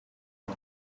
het